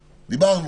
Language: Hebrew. דיברנו,